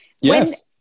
Yes